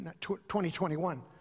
2021